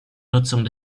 nutzung